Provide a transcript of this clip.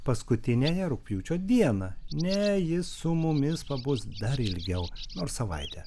paskutiniąją rugpjūčio dieną ne ji su mumis pabus dar ilgiau nors savaitę